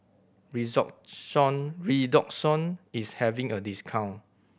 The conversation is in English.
Redoxon is having a discount